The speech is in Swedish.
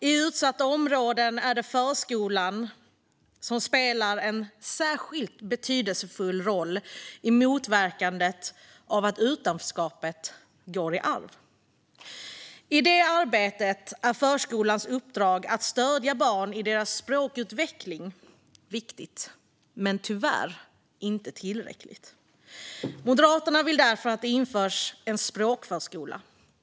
I utsatta områden är det förskolan som spelar en särskilt betydelsefull roll i motverkandet av att utanförskapet går i arv. I det arbetet är förskolans uppdrag att stödja barn i deras språkutveckling viktigt men tyvärr inte tillräckligt. Moderaterna vill därför att det införs en språkförskola.